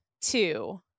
two